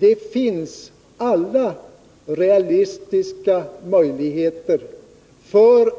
Det finns alla realistiska möjligheter